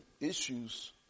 issues